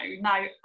now